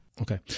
Okay